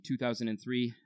2003